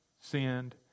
sinned